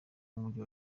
mujyi